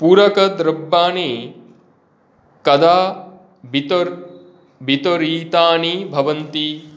पूरकद्रव्याणि कदा वितर् वितरितानि भवन्ति